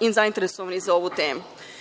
zainteresovani za ovu temu. REM